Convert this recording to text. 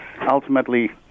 ultimately